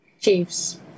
Chiefs